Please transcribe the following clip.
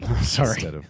Sorry